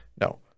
No